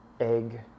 egg